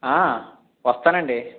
ఆ వస్తానండి